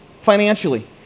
financially